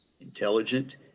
intelligent